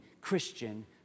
Christian